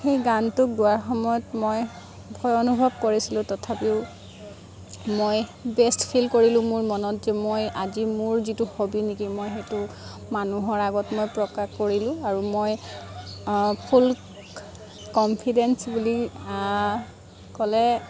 সেই গানটো গোৱাৰ সময়ত মই ভয় অনুভৱ কৰিছিলোঁ তথাপিও মই বেষ্ট ফিল কৰিলোঁ মোৰ মনত যে মই আজি মোৰ যিটো হবি নেকি মই সেইটো মানুহৰ আগত মই প্ৰকাশ কৰিলোঁ আৰু মই ফুল কনফিডেঞ্চ বুলি ক'লে